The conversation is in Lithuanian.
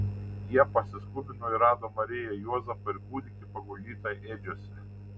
jie pasiskubino ir rado mariją juozapą ir kūdikį paguldytą ėdžiose